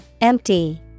Empty